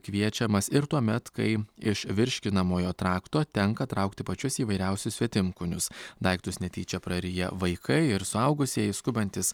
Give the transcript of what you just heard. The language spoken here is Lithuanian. kviečiamas ir tuomet kai iš virškinamojo trakto tenka traukti pačius įvairiausius svetimkūnius daiktus netyčia praryja vaikai ir suaugusieji skubantys